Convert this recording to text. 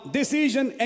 decision